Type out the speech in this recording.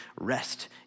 rest